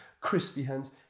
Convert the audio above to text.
Christians